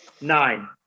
Nine